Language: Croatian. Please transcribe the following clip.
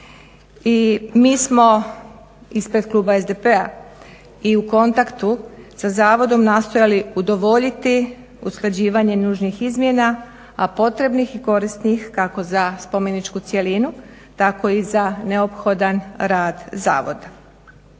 mi smo ispred kluba SDP-a i u kontaktu sa zavodom nastojali udovoljiti usklađivanje nužnih izmjena, a potrebnih i korisnih kako za spomeničku cjelinu tako i za neophodan rad zavoda.